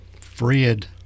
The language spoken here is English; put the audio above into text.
Fred